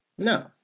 No